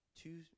Two